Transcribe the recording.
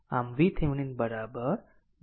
આમ VThevenin 2 volt